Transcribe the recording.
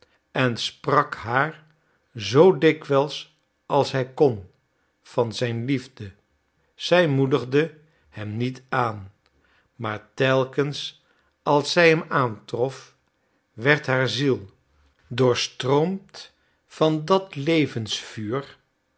en sprak haar zoo dikwijls als hij kon van zijn liefde zij moedigde hem niet aan maar telkens als zij hem aantrof werd haar ziel doorstroomd van dat